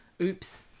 Oops